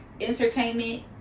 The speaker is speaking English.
entertainment